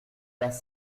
pas